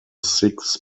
six